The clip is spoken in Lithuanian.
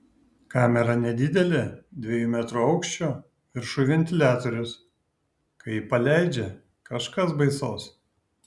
kamera nedidelė dviejų metrų aukščio viršuj ventiliatorius kai jį paleidžia kažkas baisaus